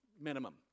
minimum